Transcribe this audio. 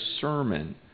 sermon